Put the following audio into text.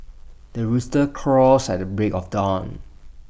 the rooster crows at the break of dawn